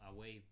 Away